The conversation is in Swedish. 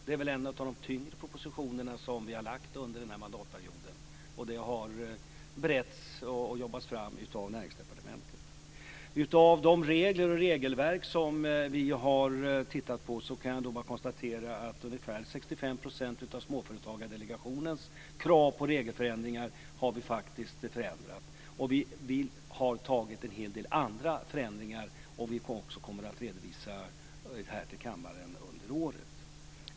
De är väl ett par av de tyngre propositionerna som vi har lagt fram under den här mandatperioden, och de har beretts och jobbats fram av Näringsdepartementet. Av de regler och regelverk som vi har tittat på kan jag bara konstatera att ungefär 65 % av Småföretagsdelegationens krav på regelförändringar har vi faktiskt tillgodosett, och vi har tagit en hel del andra förändringar som vi också kommer att redovisa här till kammaren under året.